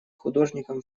художником